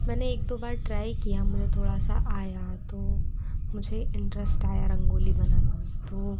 मैंने एक दो बार ट्राइ किया मुझे थोड़ा सा आया तो मुझे इन्टरेस्ट आया रंगोली बनाने में तो